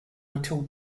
until